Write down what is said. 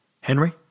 Henry